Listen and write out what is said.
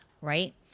right